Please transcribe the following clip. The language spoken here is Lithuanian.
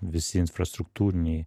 visi infrastruktūriniai